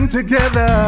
together